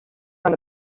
find